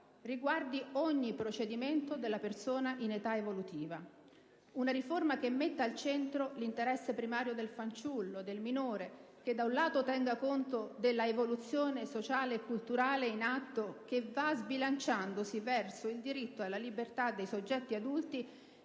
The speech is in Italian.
riguardi ogni procedimento della persona in età evolutiva. Una riforma che metta al centro l'interesse primario del fanciullo, del minore, che da un lato tenga conto della evoluzione sociale e culturale in atto, che va sbilanciandosi verso il diritto alla libertà dei soggetti adulti,